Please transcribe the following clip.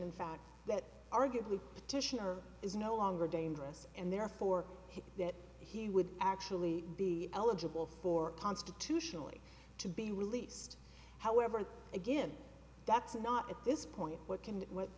in fact that arguably petitioner is no longer dangerous and therefore that he would actually be eligible for constitutionally to be released however again that's not at this point what can what